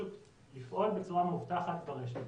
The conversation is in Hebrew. לפעול בצורה מאובטחת ברשת.